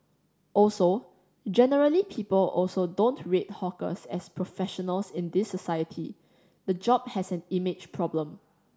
also generally people also don't rate hawkers as professionals in this society the job has an image problem